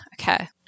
Okay